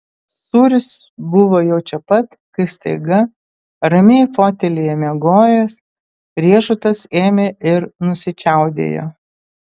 sūris buvo jau čia pat kai staiga ramiai fotelyje miegojęs riešutas ėmė ir nusičiaudėjo